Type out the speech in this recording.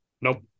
Nope